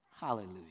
Hallelujah